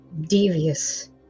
devious